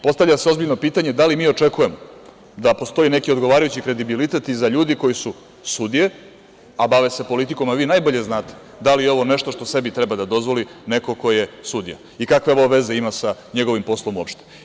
Postavlja se ozbiljno pitanje – da li mi očekujemo da postoji neki odgovarajući kredibilitet i za ljude koji su sudije, a bave se politikom, a vi najbolje znate da li je ovo nešto što sebi treba da dozvoli neko ko je sudija i kakve ovo veze ima sa njegovim poslom uopšte.